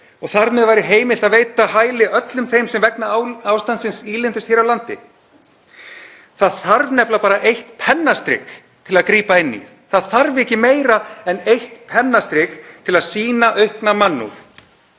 og þar með væri heimilt að veita hæli öllum þeim sem vegna ástandsins ílengdust hér á landi. Það þarf nefnilega bara eitt pennastrik til að grípa inn í. Það þarf ekki meira en eitt pennastrik til að sýna aukna mannúð.